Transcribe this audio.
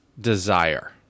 desire